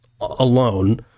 alone